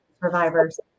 survivors